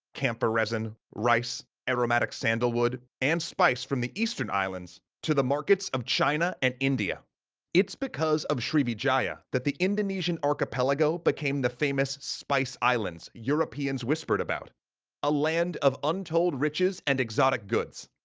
camphor resin, rice, aromatic sandalwood, and spice from the eastern islands to the markets of china and india it's because of srivijaya that the indonesian archipelago became the famous spice islands europeans whispered about a land of untold riches and exotic goods.